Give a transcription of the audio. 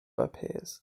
appears